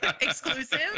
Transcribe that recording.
Exclusive